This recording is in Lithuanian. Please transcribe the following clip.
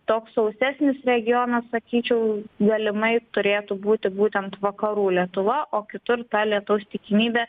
toks sausesnis regionas sakyčiau galimai turėtų būti būtent vakarų lietuva o kitur ta lietaus tikimybė